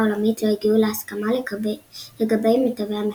העולמית לא הגיעו להסכמה לגבי מתווה המכירה.